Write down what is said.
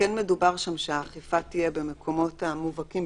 וכן מדובר שם שהאכיפה תהיה במקומות המובהקים,